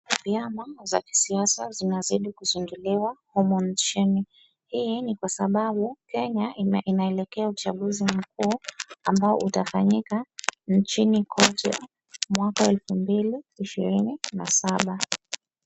Vyama za kisiasa zinazidi kuzinduliwa humu nchini. Hii ni kwa sababu, Kenya inaelekea uchaguzi mkuu ambao utafanyika nchini kote mwaka wa elfu mbili ishirini na saba.